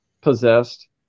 possessed